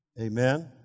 Amen